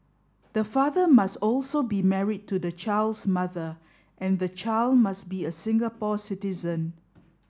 the father must also be married to the child's mother and the child must be a Singapore citizen